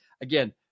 Again